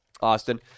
austin